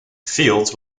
fields